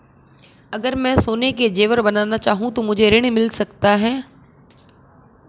अगर मैं सोने के ज़ेवर बनाना चाहूं तो मुझे ऋण मिल सकता है?